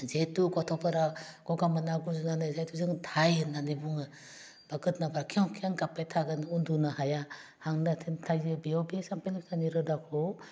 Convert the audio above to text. जिथु गथ'फोरा गगा मोनना गुजुनानै जायखौ जों दाहाय होनानै बुङो बा गोदोनाफ्रा खेउ खेउ गाबबाय थागोन उन्दुनो हाया हां नारथेना थायो बेयाव फेसा फेन्दानि रोदाखौ